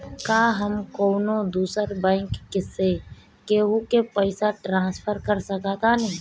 का हम कौनो दूसर बैंक से केहू के पैसा ट्रांसफर कर सकतानी?